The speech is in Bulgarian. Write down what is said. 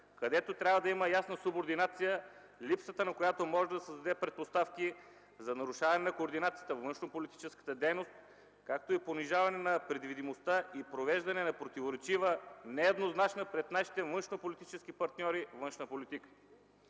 където трябва да има ясна субординация, липсата й може да създаде предпоставки за: - нарушаване на координацията във външнополитическата дейност; - понижаване на предвидимостта и провеждане на противоречива, нееднозначна пред нашите външнополитически партньори външна политика.